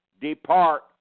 depart